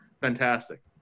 fantastic